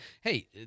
Hey